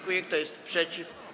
Kto jest przeciw?